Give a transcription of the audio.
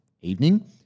evening